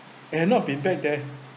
I have not been back there